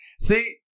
See